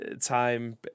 time